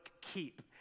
keep